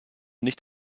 nicht